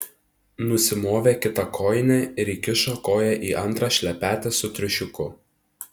nusimovė kitą kojinę ir įkišo koją į antrą šlepetę su triušiuku